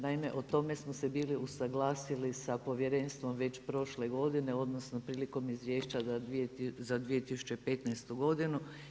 Naime, o tome smo se bili usaglasili sa povjerenstvom već prošle godine, odnosno prilikom izvješća za 2015. godinu.